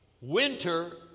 winter